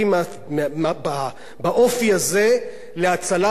באופי הזה להצלת התקשורת באופן כללי.